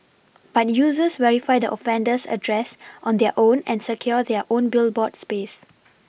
but users verify the offender's address on their own and secure their own Billboard space